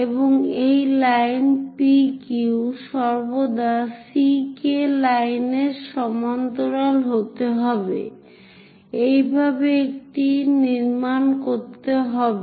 এবং এই line P Q সর্বদা C K লাইনের সমান্তরাল হতে হবে এইভাবেই এটি নির্মাণ করতে হবে